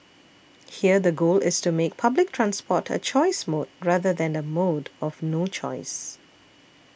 here the goal is to make public transport a choice mode rather than a mode of no choice